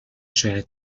شاید